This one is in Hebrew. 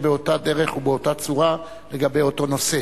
באותה דרך ובאותה צורה לגבי אותו נושא.